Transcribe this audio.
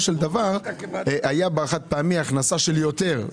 של דבר היה בחד-פעמי הכנסה של יותר,